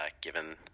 given